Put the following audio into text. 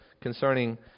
concerning